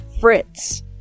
Fritz